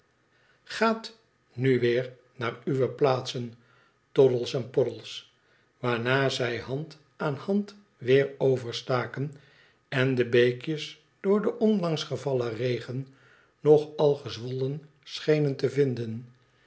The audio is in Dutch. gaat nu weer naar uwe plaatsen toddies en poddles waarna zij hand aan hand weer overstaken en de beekjes door den onlangs gevallen regen nog al gezwollen schenen te vinden